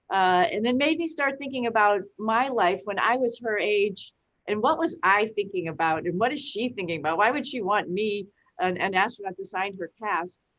and then it made me start thinking about my life when i was her age and what was i thinking about, and what is she thinking about? why would she want me an and astronaut to sign her cast?